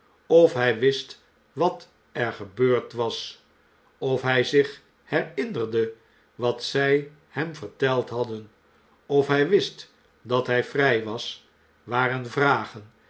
of hij wist wat er gebeurd was of hij zich herinnerde wat zij hem verteld hadden of hij wist dat hij vrij was waren vragen